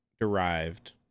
derived